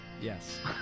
yes